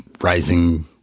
rising